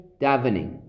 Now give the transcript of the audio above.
davening